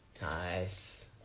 Nice